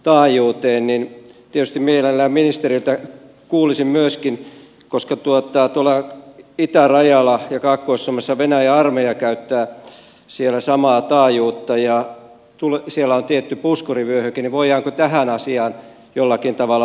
tietysti mielellään ministeriltä kuulisin myöskin koska itärajalla ja kaakkois suomessa venäjän armeija käyttää samaa taajuutta ja siellä on tietty puskurivyöhyke voidaanko tähän asiaan jollakin tavalla vaikuttaa